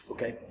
Okay